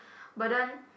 but then